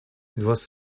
was